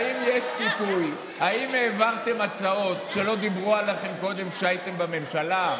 האם העברתם הצעות כשלא דיברו איתכם קודם כשהייתם בממשלה?